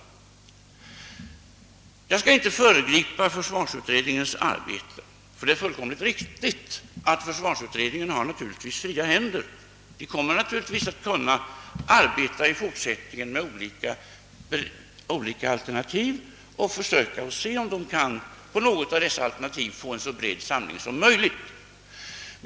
Jag skall inte föregripa försvarsutredningens arbete — det är fullkomligt riktigt att försvarsutredningen skall ha fria händer, och den kommer givetvis även i fortsättningen att kunna arbeta med olika alternativ och undersöka, om den kan för något av alternativen få en så bred samling som möjligt.